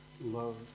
love